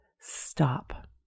Stop